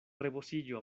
rebocillo